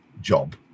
job